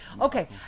Okay